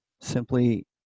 simply